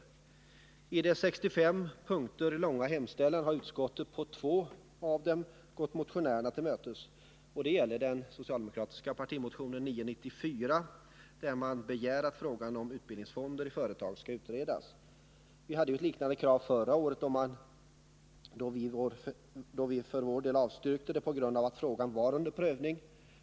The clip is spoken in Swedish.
I den 65 punkter långa hemställan har utskottet på två punkter gått motionärerna till mötes. Det gäller den socialdemokratiska partimotionen 994 där man begär att frågan om utbildningsfonder i företag skall utredas. Vi hade förra året ett liknande krav, som vi för vår del avstyrkte på grund av att frågan var under prövning.